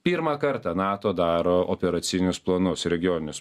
pirmą kartą nato daro operacinius planus regioninius